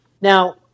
Now